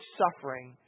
suffering